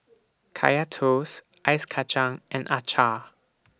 Kaya Toast Ice Kachang and Acar